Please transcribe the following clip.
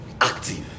Active